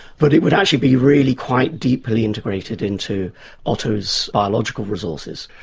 but it would actually be really quite deeply integrated into otto's biological resources.